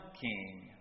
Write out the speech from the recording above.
king